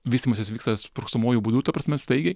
vystymasis vyksta sprogstamuoju būdu ta prasme staigiai